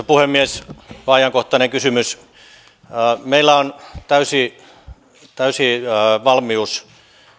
puhemies tämä on ajankohtainen kysymys meillä on täysi täysi valmius